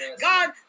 God